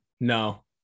No